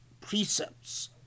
precepts